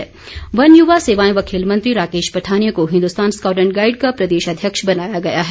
scout and guide वन युवा सेवाएं व खेल मंत्री राकेश पठानिया को हिन्दुस्तान स्काउट एण्ड गाईड का प्रदेश अध्यक्ष बनाया गया है